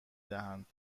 دهند